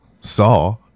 Saw